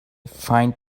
find